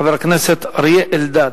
חבר הכנסת אריה אלדד.